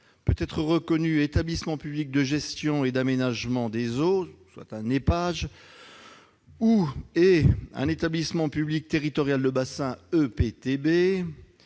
peut être reconnu établissement public de gestion et d'aménagement des eaux, c'est-à-dire Épage, et/ou établissement public territorial de bassin,